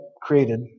created